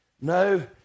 No